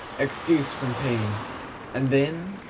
excuse from pain and then,